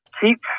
Keep